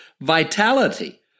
vitality